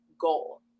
goal